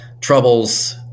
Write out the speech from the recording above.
troubles